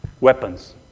weapons